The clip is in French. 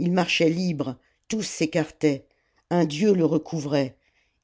il marchait hbre tous s'écartaient un dieu le recouvrait